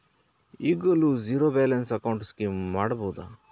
ಈಗಲೂ zero balance account scheme ಮಾಡಬಹುದಾ?